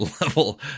level